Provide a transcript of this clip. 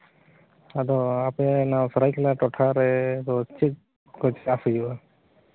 ᱟᱯᱮ ᱱᱚᱣᱟ ᱥᱚᱨᱟᱭᱠᱮᱞᱟ ᱴᱚᱴᱷᱟ ᱨᱮ ᱫᱚ ᱪᱮᱫ ᱠᱚ ᱪᱟᱥ ᱦᱩᱭᱩᱜᱼᱟ